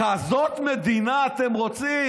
כזאת מדינה אתם רוצים?